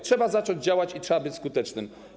Trzeba zacząć działać i trzeba być skutecznym.